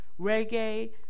reggae